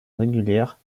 régulière